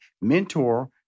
mentor